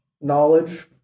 knowledge